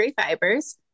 Fibers